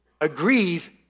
agrees